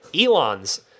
Elon's